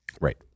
Right